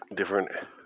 different